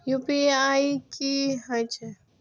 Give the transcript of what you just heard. UPI की हेछे?